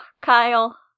Kyle